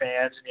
fans